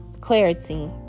clarity